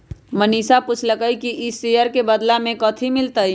मनीषा पूछलई कि ई शेयर के बदला मे कथी मिलतई